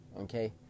okay